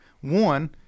One